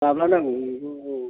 माब्ला नांगौमोन बेखौ औ